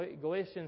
Galatians